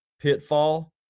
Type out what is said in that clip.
pitfall